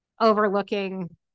overlooking